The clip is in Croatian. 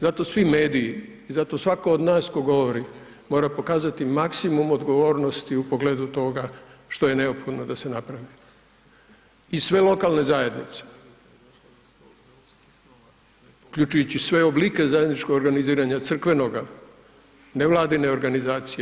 Zato svi mediji, zato svatko od nas tko govori mora pokazati maksimum odgovornosti u pogledu toga što je neophodno da se napravi i sve lokalne zajednice uključujući sve oblike zajedničkog organiziranja crkvenoga, ne vladine organizacije.